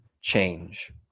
change